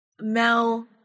Mel